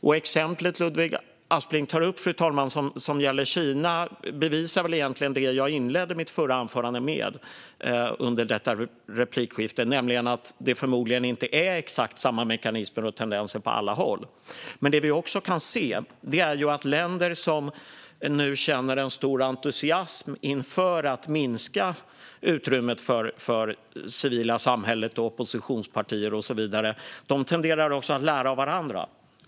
Det exempel som Ludvig Aspling tar upp och som gäller Kina bevisar egentligen det som jag inledde med i mitt förra anförande i detta replikskifte, nämligen att det förmodligen inte är exakt samma mekanismer och tendenser på alla håll. Vi kan också se att länder som nu känner en stor entusiasm inför att minska utrymmet för det civila samhället, för oppositionspartier och så vidare tenderar att lära av varandra.